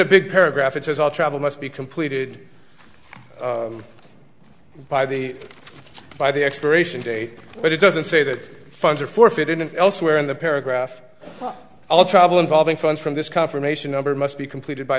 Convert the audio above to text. big paragraph it says all travel must be completed by the by the expiration date but it doesn't say that funds are forfeited and elsewhere in the paragraph all travel involving funds from this confirmation number must be completed by